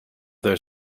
their